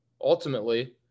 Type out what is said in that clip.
ultimately